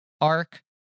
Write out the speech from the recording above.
arc